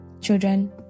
Children